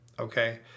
Okay